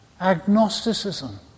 Agnosticism